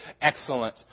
excellent